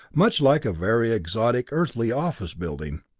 much like a very exotic earthly office building.